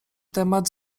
temat